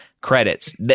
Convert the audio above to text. credits